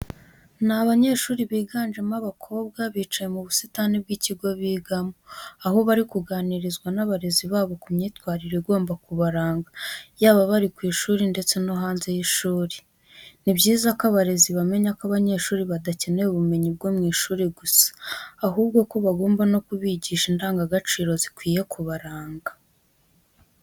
Ni abanyeshuri biganjemo abakobwa bicaye mu busitani bw'ikigo bigamo, aho bari kuganirizwa n'abarezi babo ku myitwarire igomba kubaranga yaba bari ku ishuri ndetse no hanze y'ishuri. Ni byiza ko abarezi bamenya ko abanyeshuri badakeneye ubumenyi bwo mu ishuri gusa, ahubwo ko bagomba no kubigisha indangagaciro zikwiye kubaranga.